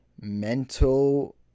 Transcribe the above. mental